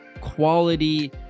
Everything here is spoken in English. quality